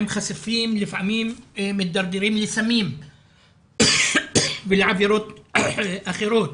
הם לפעמים מתדרדרים לסמים ולעבירות אחרות.